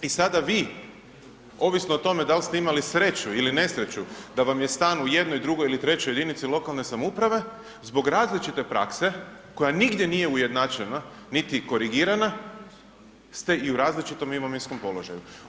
I sada vi ovisno o tome da li ste imali sreću ili nesreću da vam je stan u jednoj, drugoj ili trećoj jedinici lokalne samouprave, zbog različite prakse koja nigdje nije ujednačena niti korigirane ste i u različitom imovinskom položaju.